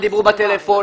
דיברו בטלפונים,